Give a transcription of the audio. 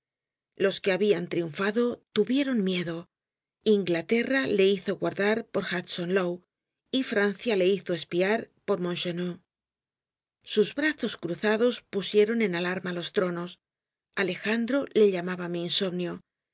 los que habian triunfado tuvieron miedo inglaterra le hizo guardar por hudson lowe y francia le hizo espiar por montchenu sus brazos cruzados pusieron en alarma los tronos alejandro le llamaba mi insomnio